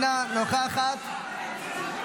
אינה נוכחת.